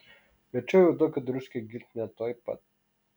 verčiau jau duokit dručkę giltinę tuoj pat